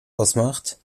ausmacht